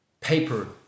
paper